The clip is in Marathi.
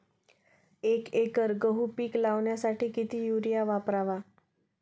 एक एकर गहू पीक लावण्यासाठी किती युरिया वापरावा?